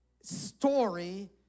story